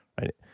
Right